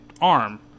arm